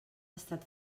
estat